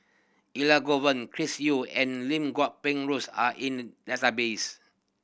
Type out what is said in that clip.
Elangovan Chris Yeo and Lim Guat Kheng Rosie are in the database